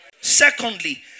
Secondly